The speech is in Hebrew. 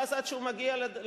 ואז עד שהוא מגיע לסוף,